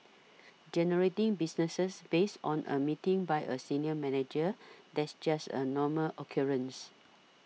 generating businesses based on a meeting by a senior manager that's just a normal occurrence